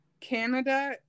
Canada